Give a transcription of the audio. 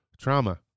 trauma